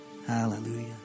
Hallelujah